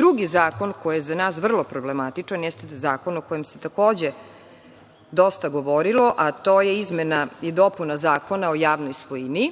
Drugi zakon koji je za nas vrlo problematičan jeste zakon o kojem se, takođe, dosta govorilo, a to je izmena i dopuna Zakona o javnoj svojini,